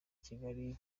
kigali